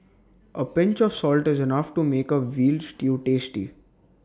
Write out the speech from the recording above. A pinch of salt is enough to make A Veal Stew tasty